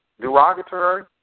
derogatory